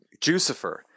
Jucifer